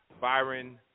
Byron